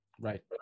Right